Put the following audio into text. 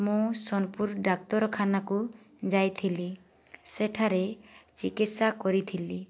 ମୁଁ ସୋନପୁର ଡାକ୍ତରଖାନାକୁ ଯାଇଥିଲି ସେଠାରେ ଚିକିତ୍ସା କରିଥିଲି